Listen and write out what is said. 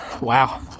Wow